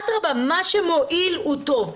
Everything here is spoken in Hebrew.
מה שמועיל הוא טוב.